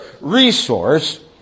resource